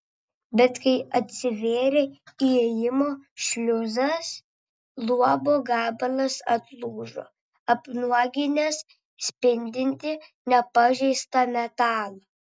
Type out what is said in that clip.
bet kai atsivėrė įėjimo šliuzas luobo gabalas atlūžo apnuoginęs spindintį nepažeistą metalą